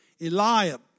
Eliab